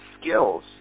skills